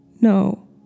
no